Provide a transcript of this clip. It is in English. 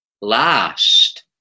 Last